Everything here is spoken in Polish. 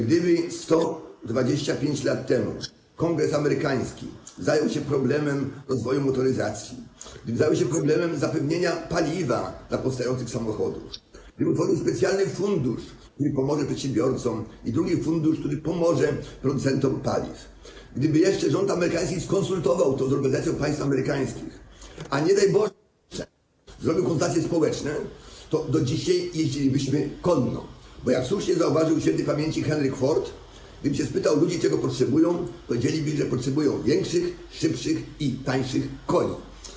Gdyby 125 lat temu Kongres amerykański zajął się problemem rozwoju motoryzacji, zajął się problemem zapewnienia paliwa dla powstających samochodów i uruchomił specjalny fundusz, który pomoże przedsiębiorcom, i drugi fundusz, który pomoże producentom paliw, gdyby jeszcze rząd amerykański skonsultował to z organizacją państw amerykańskich, a nie daj Boże, jeszcze zrobił konsultacje społeczne, to do dzisiaj jeździlibyśmy konno, bo, jak słusznie zauważył śp. Henryk Ford: gdybym spytał ludzi, czego potrzebują, powiedzieliby, że potrzebują większych, szybszych i tańszych koni.